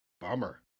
Bummer